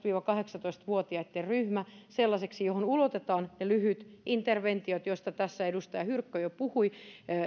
viiva kahdeksantoista vuotiaitten ryhmä sellaiseksi johon ulotetaan lyhytinterventiot niistä tässä edustaja hyrkkö jo puhui